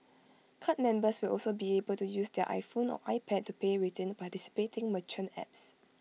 card members will also be able to use their iPhone or iPad to pay within participating merchant apps